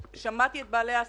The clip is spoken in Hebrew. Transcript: שמעתי את בעלי העסקים,